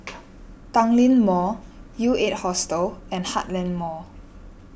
Tanglin Mall U eight Hostel and Heartland Mall